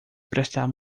prestar